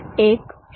5 0